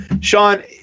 Sean